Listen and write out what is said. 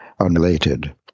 unrelated